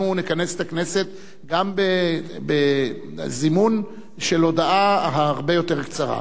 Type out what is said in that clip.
אנחנו נכנס את הכנסת גם בזימון של הודעה הרבה יותר קצרה.